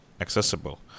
accessible